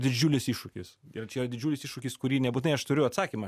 didžiulis iššūkis ir čia didžiulis iššūkis kurį nebūtinai aš turiu atsakymą